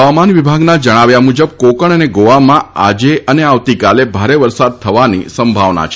હવામાન વિભાગના જણાવ્યા મુજબ કોકણ અને ગોવામાં આજે અને આવતીકાલે ભારે વરસાદ થવાની સંભાવના છે